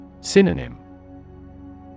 Synonym